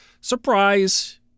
surprise